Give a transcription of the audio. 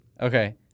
Okay